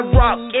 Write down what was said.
rock